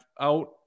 Out